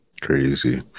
Crazy